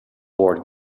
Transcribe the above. board